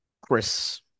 Chris